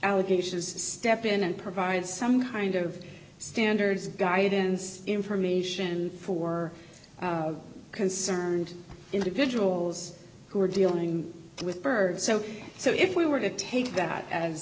allegations to step in and provide some kind of standards guidance information for concerned individuals who are dealing with bird so so if we were to take that as